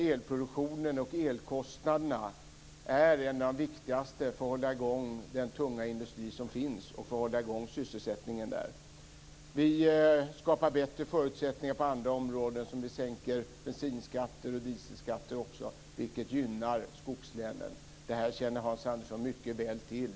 Elproduktion och elkostnader är något av det viktigaste för att hålla i gång den tunga industri och den sysselsättning som finns där. Vi skapar också bättre förutsättningar på andra områden. Vi sänker bensin och dieselskatter, vilket gynnar skogslänen. Det här känner Hans Andersson mycket väl till.